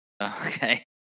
okay